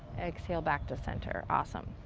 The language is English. exhale, back to center. awesome.